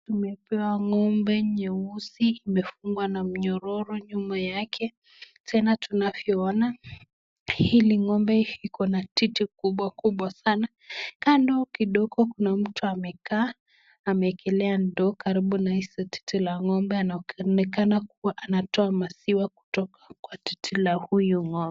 Tumepewa ng'ombe nyeusi imefungwa na mnyororo nyuma yake , tena tunavyoona hili ng'pmbe lina titi kubwa kubwa sana. kando kidogo kuna mtu amekaa ameekelea ndoo karibu na titi la ng'ombe anaonekana kutoa maziwa kwenye titi la ng'ombe.